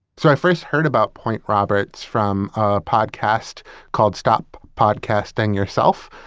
so i first heard about point roberts from a podcast called stop podcasting yourself,